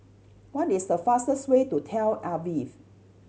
what is the fastest way to Tel Aviv